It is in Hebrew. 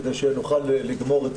כדי שנוכל לגמור את